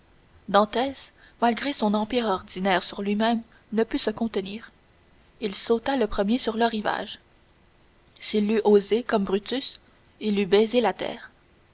dantès malgré son empire ordinaire sur lui-même ne put se contenir il sauta le premier sur le rivage s'il l'eût osé comme brutus il eût baisé la terre